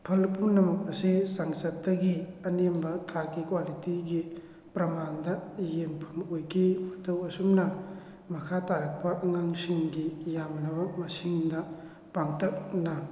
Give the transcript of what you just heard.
ꯐꯜ ꯄꯨꯝꯅꯃꯛ ꯑꯁꯤ ꯆꯥꯡꯆꯠꯇꯒꯤ ꯑꯅꯦꯝꯕ ꯊꯥꯛꯀꯤ ꯀ꯭ꯋꯥꯂꯤꯇꯤꯒꯤ ꯄ꯭ꯔꯃꯥꯟꯗ ꯌꯦꯡꯐꯝ ꯑꯣꯏꯈꯤ ꯃꯇꯧ ꯑꯁꯨꯝꯅ ꯃꯈꯥ ꯇꯥꯔꯛꯄ ꯑꯉꯥꯡꯁꯤꯡꯒꯤ ꯌꯥꯝꯂꯕ ꯃꯁꯤꯡꯗ ꯄꯥꯡꯇꯛꯅ